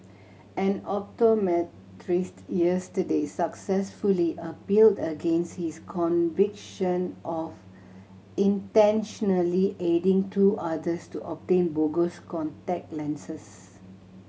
an optometrist yesterday successfully appealed against his conviction of intentionally aiding two others to obtain bogus contact lenses